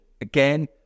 Again